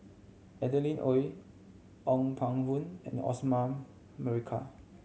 Adeline Ooi Ong Pang Boon and Osman Merican